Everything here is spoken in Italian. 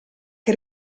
che